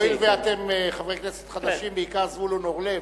הואיל ואתם חברי כנסת חדשים, בעיקר זבולון אורלב,